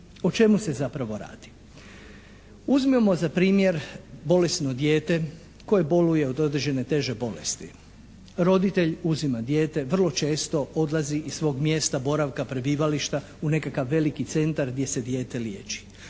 O čemu se zapravo radi? Uzmimo za primjer bolesno dijete koje boluje od određene teže bolesti. Roditelj uzima dijete, vrlo često odlazi iz svog mjesta boravka, prebivališta u nekakav veliki centar gdje se dijete liječi.